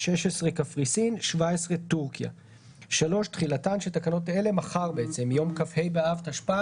ובאישור ועדת חוקה חוק ומשפט של הכנסת, מתקינה